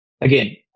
Again